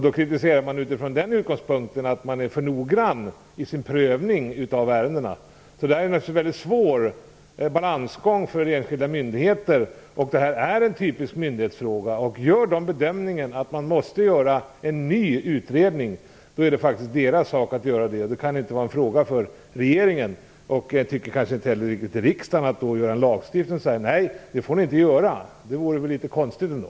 Då kritiseras man utifrån den utgångspunkten, att man är för noggrann i sin prövning av ärendena. Det här är naturligtvis en mycket svår balansgång för enskilda myndigheter. Detta är en typisk myndighetsfråga. Gör de bedömningen att man måste göra en ny utredning är det faktiskt deras sak att göra det. Det kan inte vara en fråga för regeringen och jag tycker inte heller riktigt för riksdagen, att stifta en lag som säger: Nej, detta får ni inte göra. Det vore väl litet konstigt ändå.